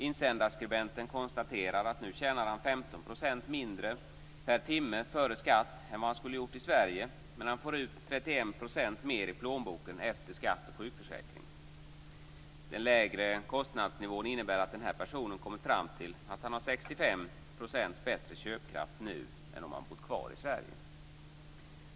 Insändarskribenten konstaterar att han nu tjänar 15 % mindre per timme före skatt än vad han skulle gjort i Sverige, men han får ut 31 % mer i plånboken efter skatt och sjukförsäkring. Den lägre kostnadsnivån innebär att den här personen kommit fram till att han har 65 % bättre köpkraft nu än om han bott kvar i Sverige.